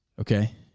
okay